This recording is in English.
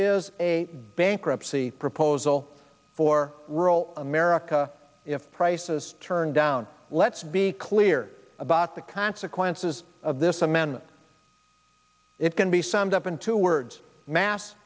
is a bankruptcy proposal for rural america if prices turned down let's be clear about the consequences of this amendment it can be summed up in two words mass